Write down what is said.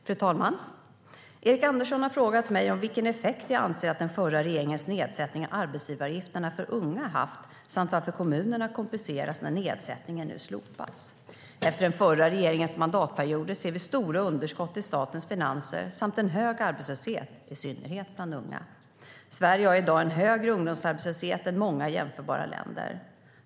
Fru talman! Erik Andersson har frågat mig om vilken effekt jag anser att den förra regeringens nedsättning av arbetsgivaravgifterna för unga har haft och varför kommunerna kompenseras när nedsättningen nu slopas. Efter den förra regeringens mandatperioder ser vi stora underskott i statens finanser och en hög arbetslöshet, i synnerhet bland unga. Sverige har i dag en högre ungdomsarbetslöshet än många jämförbara länder.